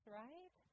right